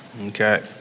Okay